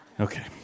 Okay